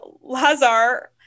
Lazar